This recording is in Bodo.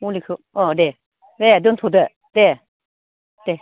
मुलिखौ औ दे दे दोनथ'दो दे दे